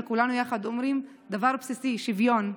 וכולנו יחד אומרים דבר בסיסי: שוויון.